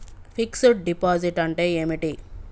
Fix డ్ deposit అంటే ఏమిటి?